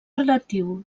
relatiu